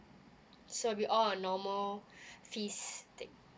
so with all our normal fees then